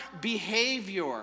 behavior